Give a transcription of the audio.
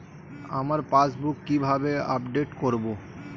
আমার পাসবুক কিভাবে আপডেট করবো?